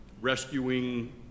rescuing